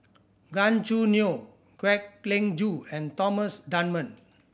Gan Choo Neo Kwek Leng Joo and Thomas Dunman